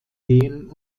gehen